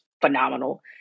phenomenal